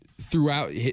throughout